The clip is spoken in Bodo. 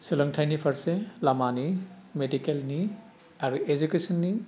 सोलोंथाइनि फारसे लामानि मेडिकेलनि आरो एजुकेशननि